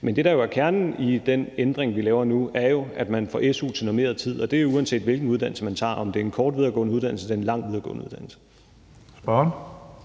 Men det, der jo er kernen i den ændring, vi laver nu, er, at man får su til normeret tid, og det er, uanset hvilken uddannelse man tager – om det er en kort videregående uddannelse eller det er en lang videregående uddannelse.